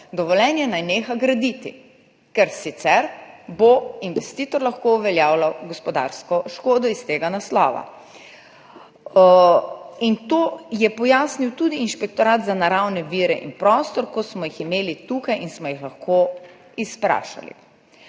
dovoljenje, neha graditi, ker sicer bo investitor lahko uveljavljal gospodarsko škodo iz tega naslova. To so pojasnili tudi z Inšpektorata za naravne vire in prostor, ko so bili tukaj in smo jih lahko izprašali.